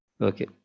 okay